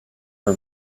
her